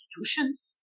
institutions